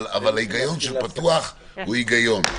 אבל ההיגיון של פתוח הוא היגיון.